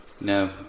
no